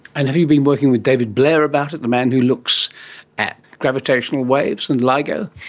and have you been working with david blair about it, the man who looks at gravitational waves and ligo?